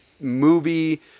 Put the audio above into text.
movie